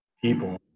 people